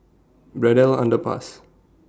Braddell Underpass